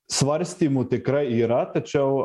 svarstymų tikrai yra tačiau